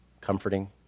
comforting